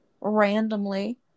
randomly